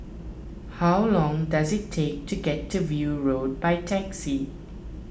how long does it take to get to View Road by taxi